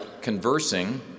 conversing